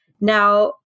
now